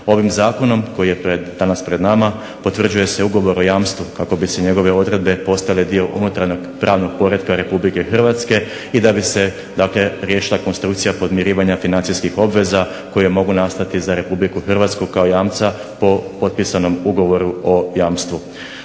Ovim zakonom koji je danas pred nama potvrđuje se ugovor o jamstvu kako bi njegove odredbe postale dio unutarnjeg pravnog poretka Republike Hrvatske i da bi se riješila konstrukcija podmirivanja financijskih obveza koje mogu nastati za Republiku Hrvatsku kao jamca po potpisanom ugovoru o jamstvu.